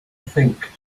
think